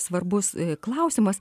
svarbus klausimas